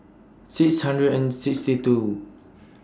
six hundred and sixty two